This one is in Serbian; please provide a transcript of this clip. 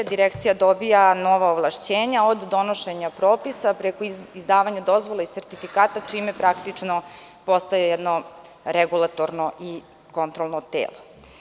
Direkcija dobija nova ovlašćenja od donošenja propisa, preko izdavanja dozvola i sertifikata čime praktično postoje jedno regulatorno i kontrolno telo.